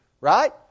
right